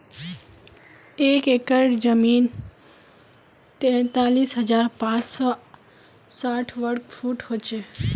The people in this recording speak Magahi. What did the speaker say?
एक एकड़ जमीन तैंतालीस हजार पांच सौ साठ वर्ग फुट हो छे